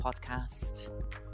Podcast